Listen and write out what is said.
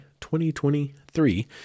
2023